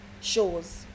shows